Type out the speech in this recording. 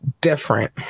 different